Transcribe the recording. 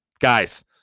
Guys